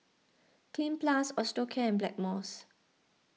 Cleanz Plus Osteocare and Blackmores